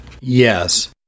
Yes